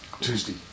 Tuesday